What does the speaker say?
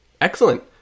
Excellent